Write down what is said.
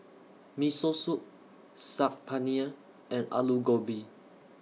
Miso Soup Saag Paneer and Alu Gobi